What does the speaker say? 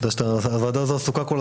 תודה שאתה עושה את הדיון הזה,